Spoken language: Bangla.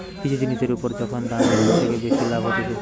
কিছু জিনিসের উপর যখন দামের থেকে বেশি লাভ হতিছে